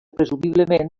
presumiblement